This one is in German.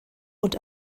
und